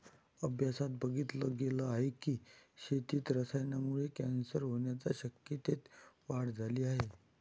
अभ्यासात बघितल गेल आहे की, शेतीत रसायनांमुळे कॅन्सर होण्याच्या शक्यतेत वाढ झाली आहे